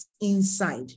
inside